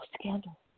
scandal